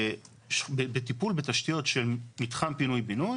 בטיפול בתשתיות של מתחם פינוי בינוי